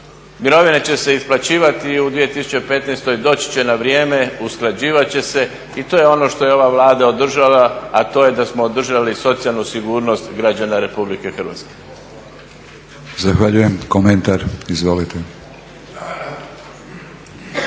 Mirovine će se isplaćivati i u 2015., doći će na vrijeme, usklađivat će se i to je ono što je ova Vlada održala, a to je da smo održali socijalnu sigurnost građana Republike Hrvatske. **Batinić, Milorad